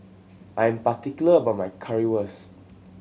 I am particular about my Currywurst